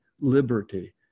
liberty